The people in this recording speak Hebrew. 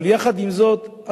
אבל יחד עם זאת,